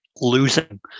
losing